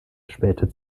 später